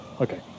okay